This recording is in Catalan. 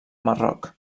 marroc